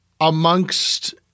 amongst